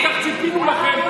כל כך ציפינו לכם,